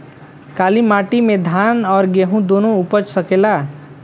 काली माटी मे धान और गेंहू दुनो उपज सकेला?